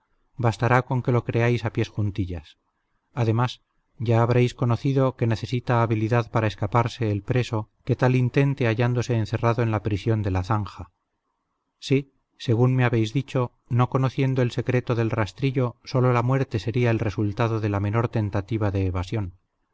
bastará con que lo creáis a pies juntillas además ya habréis conocido que necesita habilidad para escaparse el preso que tal intente hallándose encerrado en la prisión de la zanja sí según me habéis dicho no conociendo el secreto del rastrillo sólo la muerte sería el resultado de la menor tentativa de evasión